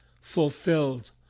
fulfilled